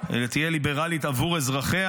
אלא תהיה ליברלית עבור אזרחיה.